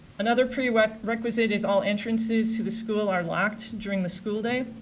another prerequisite is all entrances to the school are locked during the school day.